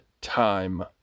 time